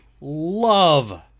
love